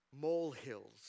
molehills